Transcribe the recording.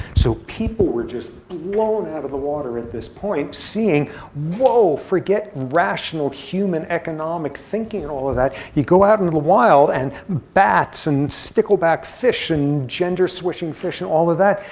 so people were just blown out of the water at this point, seeing whoa, forget rational human economic thinking, all of that. you go out into the wild, and bats and stickleback fish and gender switching fish and all of that,